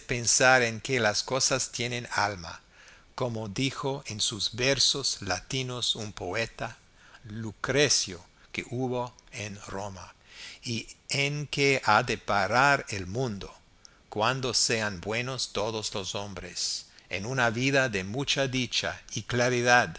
pensar en que las cosas tienen alma como dijo en sus versos latinos un poeta lucrecio que hubo en roma y en que ha de parar el mundo cuando sean buenos todos los hombres en una vida de mucha dicha y claridad